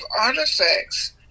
artifacts